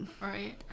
right